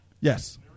Yes